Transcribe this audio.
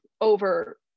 over